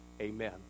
amen